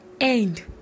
End